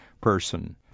person